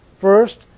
first